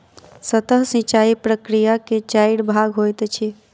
सतह सिचाई प्रकिया के चाइर भाग होइत अछि